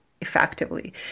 effectively